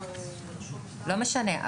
לא משנה,